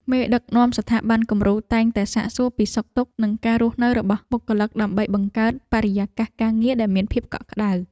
មេដឹកនាំស្ថាប័នគំរូតែងតែសាកសួរពីសុខទុក្ខនិងការរស់នៅរបស់បុគ្គលិក ដើម្បីបង្កើតបរិយាកាសការងារដែលមានភាពកក់ក្តៅ។